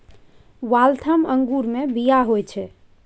Waltham अंगूरमे बीया होइत छै